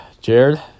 Jared